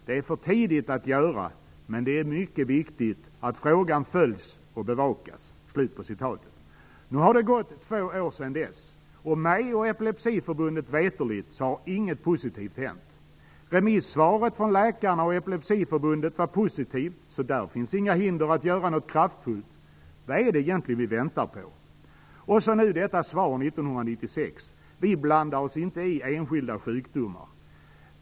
Det är för tidigt att göra. Men det är mycket viktigt att frågan bevakas och följs." Nu har det gått två år sedan dess, och mig och Epilepsiförbundet veterligt har inget positivt hänt. Remissvaret från läkarna och Epilepsiförbundet var positivt, så där finns inga hinder att göra något kraftfullt. Vad är det egentligen vi väntar på? Och så nu detta svar 1996: Vi blandar oss inte i enskilda sjukdomar.